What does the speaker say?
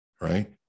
Right